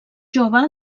jove